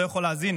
לא יכול להזין,